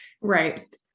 Right